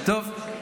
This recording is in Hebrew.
טוב.